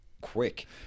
Quick